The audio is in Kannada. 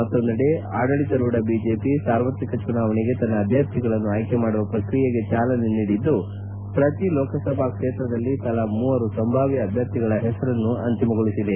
ಮತ್ತೊಂದೆಡೆ ಅಡಳಿತಾರೂಢ ಬಿಜೆಪಿ ಸಾರ್ವತ್ರಿಕ ಚುನಾವಣೆಗೆ ತನ್ನ ಅಭ್ಞರ್ಥಿಗಳನ್ನು ಆಯ್ಲಿ ಮಾಡುವ ಪ್ರಕ್ರಿಯೆಗೆ ಚಾಲನೆ ನೀಡಿದ್ದು ಪ್ರತಿ ಲೋಕಸಭಾ ಕ್ಷೇತ್ರದಲ್ಲಿ ತಲಾ ಮೂವರು ಸಂಭಾವ್ಯ ಅಭ್ಯರ್ಥಿಗಳ ಹೆಸರನ್ನು ಅಂತಿಮಗೊಳಿಸಿದೆ